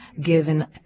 given